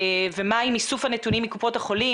ומה עם איסוף הנתונים מקופות החולים,